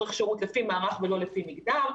אורך שירות לפי מערך ולא לפי מגדר,